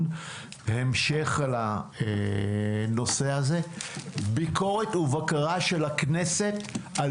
המשך לנושא הזה ביקורת ובקרה של הכנסת על